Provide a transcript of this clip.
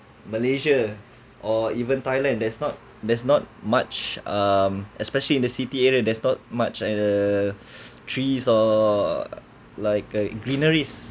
malaysia or even thailand there's not there's not much um especially in the city area there's not much and the trees are like a greeneries